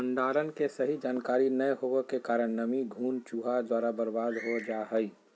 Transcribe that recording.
भंडारण के सही जानकारी नैय होबो के कारण नमी, घुन, चूहा द्वारा बर्बाद हो जा हइ